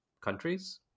countries